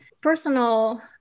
personal